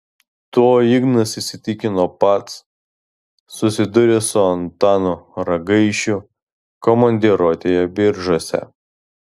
tuo ignas įsitikino pats susidūręs su antanu ragaišiu komandiruotėje biržuose